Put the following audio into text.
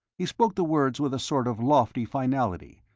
he spoke the words with a sort of lofty finality,